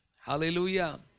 Hallelujah